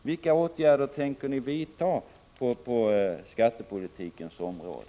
Vilka åtgärder tänker ni vidta på skattepolitikens område?